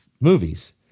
movies